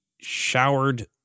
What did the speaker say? showered